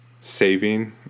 saving